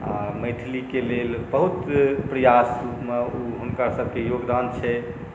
आ मैथिलीके लेल बहुत प्रयासमे ओ हुनकरसभके योगदान छै